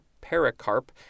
pericarp